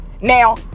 Now